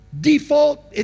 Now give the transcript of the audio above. default